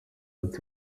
ati